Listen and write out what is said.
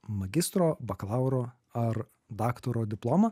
magistro bakalauro ar daktaro diplomą